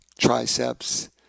triceps